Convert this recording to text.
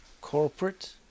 Corporate